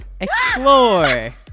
Explore